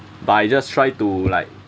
but I just try to like